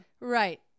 Right